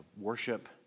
worship